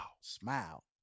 Smile